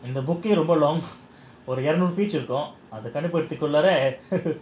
ஒரு இருநூறு:oru irunooru page இருக்கும் அத கண்டு பிடிக்குறதுக்குள்ள:irukkum adh kandu pidikurathukulla